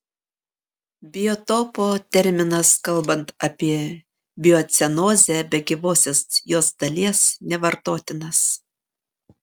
biotopo terminas kalbant apie biocenozę be gyvosios jos dalies nevartotinas